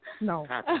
No